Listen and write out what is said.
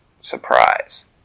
surprise